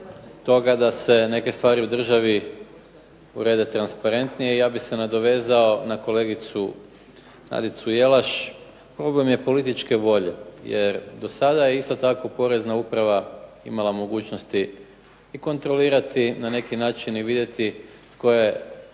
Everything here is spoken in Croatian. toga da se neke stvari u državi urede transparentnije i ja bih se nadovezao na kolegicu Nadicu Jelaš, problem je političke volje, jer do sada je isto tako Porezna uprava imala mogućnosti i kontrolirati na neki način i vidjeti tko je